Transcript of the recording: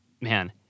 man